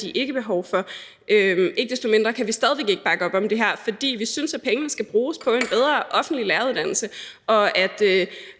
de ikke har behov for det. Ikke desto mindre kan vi stadig væk ikke bakke op om det her, for vi synes, at pengene skal bruges på en bedre offentlig læreruddannelse, og vi